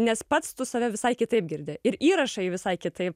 nes pats tu save visai kitaip girdi ir įrašai visai kitaip